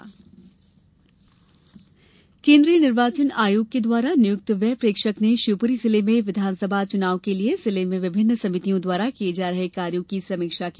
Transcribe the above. व्यय प्रेक्षक केन्द्रीय निर्वाचन आयोग के द्वारा नियुक्त व्यय प्रेक्षक ने शिवपुरी जिले में विधानसभा चुनाव हेतु जिले में विभिन्न समितियों द्वारा किये जा रहे कार्यो की समीक्षा की